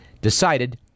decided